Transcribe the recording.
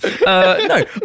No